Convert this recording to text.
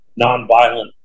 nonviolent